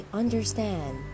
understand